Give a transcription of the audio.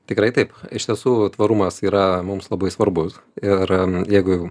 tikrai taip iš tiesų tvarumas yra mums labai svarbus ir jeigu